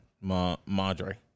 Madre